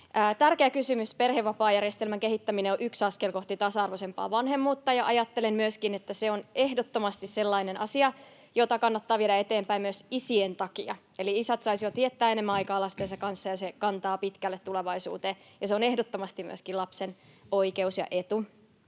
Tärkeä kysymys. Perhevapaajärjestelmän kehittäminen on yksi askel kohti tasa-arvoisempaa vanhemmuutta, ja ajattelen myöskin, että se on ehdottomasti sellainen asia, jota kannattaa viedä eteenpäin myös isien takia. Eli isät saisivat viettää enemmän aikaa lastensa kanssa, se kantaa pitkälle tulevaisuuteen ja on ehdottomasti myöskin lapsen oikeus ja etu.